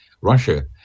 Russia